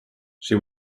she